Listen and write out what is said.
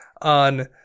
on